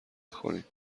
کنید